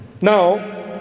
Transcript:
Now